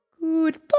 Goodbye